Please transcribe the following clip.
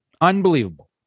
Unbelievable